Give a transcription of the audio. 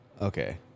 Okay